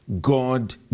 God